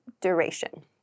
duration